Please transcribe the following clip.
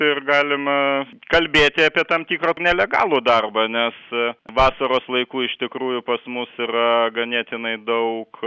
ir galima kalbėti apie tam tikrą nelegalų darbą nes vasaros laiku iš tikrųjų pas mus yra ganėtinai daug